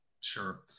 Sure